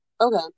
Okay